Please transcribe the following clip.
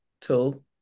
tool